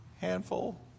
handful